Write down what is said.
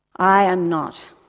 i am not.